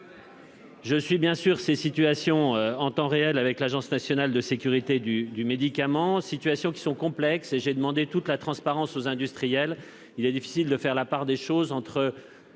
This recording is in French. Je suis bien sûr ces situations en temps réel avec l'Agence nationale de sécurité du du médicament situations qui sont complexes et j'ai demandé toute la transparence aux industriels, il est difficile de faire la part des choses entre